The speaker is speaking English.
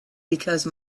because